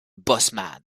bosseman